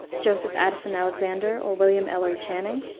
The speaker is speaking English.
joseph addison alexander or william ellery channing,